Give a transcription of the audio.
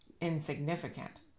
insignificant